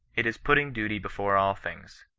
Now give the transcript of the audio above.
it is putting duty before all things.